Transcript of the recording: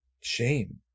shame